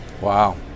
wow